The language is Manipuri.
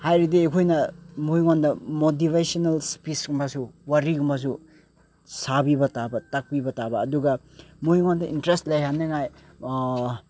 ꯍꯥꯏꯔꯗꯤ ꯑꯩꯈꯣꯏꯅ ꯃꯣꯏꯉꯣꯟꯗ ꯃꯣꯇꯤꯚꯦꯁꯟꯅꯦꯜ ꯏꯁ꯭ꯄꯤꯆꯒꯨꯝꯕꯁꯨ ꯋꯥꯔꯤꯒꯨꯝꯕꯁꯨ ꯁꯥꯕꯤꯕ ꯇꯥꯕ ꯇꯥꯛꯄꯤꯕ ꯇꯥꯕ ꯑꯗꯨꯒ ꯃꯣꯏꯉꯣꯟꯗ ꯏꯟꯇꯔꯦꯁ ꯂꯩꯍꯟꯅꯤꯉꯥꯏ